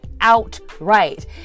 outright